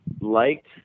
liked